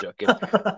joking